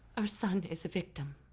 our son is a victim.